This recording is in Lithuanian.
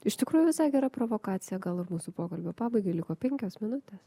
iš tikrųjų visai gera provokacija gal ir mūsų pokalbio pabaigai liko penkios minutės